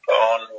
on